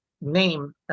name